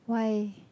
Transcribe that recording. why